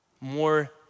more